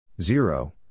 Zero